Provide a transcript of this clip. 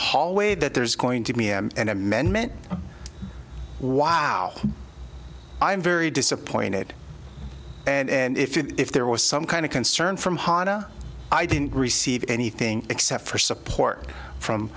hallway that there's going to me and amendment wow i'm very disappointed and if there was some kind of concern from honda i didn't receive anything except for support from